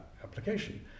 application